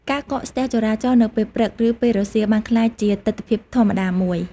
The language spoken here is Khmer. ការកកស្ទះចរាចរណ៍នៅពេលព្រឹកឬពេលរសៀលបានក្លាយជាទិដ្ឋភាពធម្មតាមួយ។